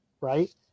Right